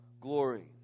glory